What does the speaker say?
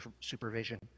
supervision